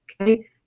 okay